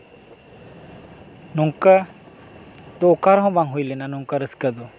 ᱱᱚᱝᱠᱟ ᱫᱚ ᱚᱠᱟ ᱨᱮᱦᱚᱸ ᱵᱟᱝ ᱦᱩᱭ ᱞᱮᱱᱟ ᱱᱚᱝᱠᱟ ᱨᱟᱹᱥᱠᱟᱹ ᱫᱚ